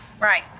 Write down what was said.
right